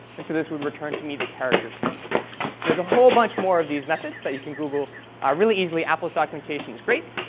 and so this would return to me the character c, and there's a whole bunch more of these methods that you can google ah really easily. apple's documentation is great,